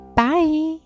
Bye